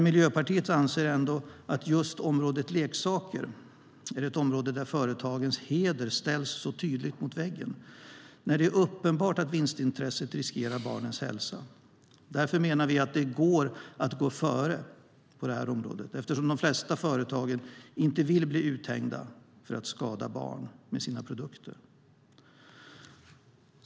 Miljöpartiet anser ändå att just leksaker är ett område där företagens heder ställs så tydligt mot väggen när det är uppenbart att vinstintresset riskerar barnens hälsa. Vi menar att det går att gå före på det här området eftersom de flesta företag inte vill bli uthängda för att de skadar barn med sina produkter.